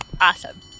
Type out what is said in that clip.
Awesome